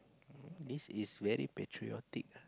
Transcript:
this is very patriotic ah